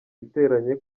iteranye